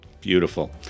Beautiful